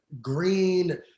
green